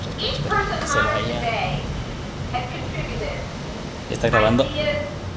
each person honored today has contributed ideas,